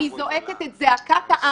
אני זועקת את זעקת העם.